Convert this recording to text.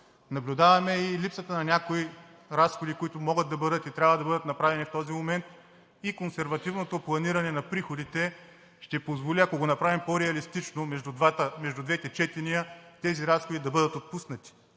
Наблюдаваме и липсата на някои разходи, които могат и трябва да бъдат направени в този момент, и консервативното планиране на приходите ще позволи, ако го направим по-реалистично между двете четения, тези разходи да бъдат отпуснати.